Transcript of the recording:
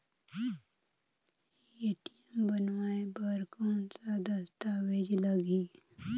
ATM बनवाय बर कौन का दस्तावेज लगही?